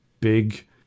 big